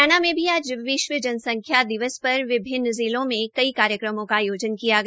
हरियाणा में भी आज विश्व जनसंख्या दिवस पर विभिन्न जिलो में कई कार्यक्रमों का आयोजन किया गया